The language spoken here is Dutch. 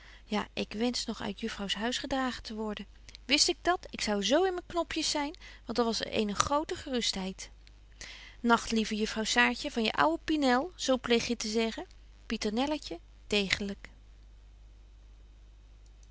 ja ik wensch nog uit juffrouws huis gedragen te worden wist ik dat ik zou zo in myn knopjes zyn want dat was een grote gerustheid betje wolff en aagje deken historie van mejuffrouw sara burgerhart nagt lieve juffrouw saartje van je ouwe pienel zo pleeg je te zeggen